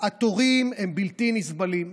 התורים הם בלתי נסבלים.